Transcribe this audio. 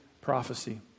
prophecy